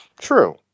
True